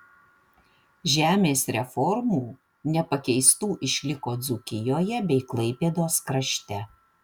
žemės reformų nepakeistų išliko dzūkijoje bei klaipėdos krašte